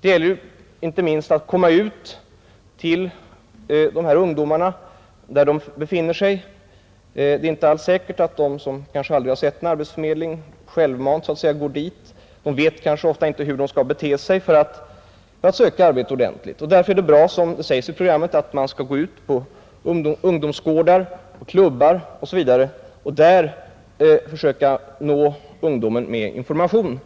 Det gäller inte minst att komma ut till dessa ungdomar, där de befinner sig. Det är inte alls säkert att alla de som för första gången går ut på arbetsmarknaden självmant går till arbetsförmedlingen. De vet kanske inte hur de skall bete sig för att söka arbete ordentligt. Därför är det bra som det säges i programmet att man skall gå ut på ungdomsgårdar, klubbar osv. och där försöka nå ungdomen med information